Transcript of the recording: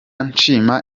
nshima